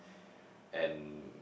and